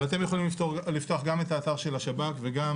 אבל אתם לפתוח גם את האתר של השב"כ וגם